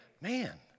man